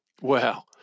Wow